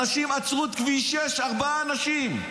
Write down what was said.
אנשים עצרו את כביש 6, ארבעה אנשים.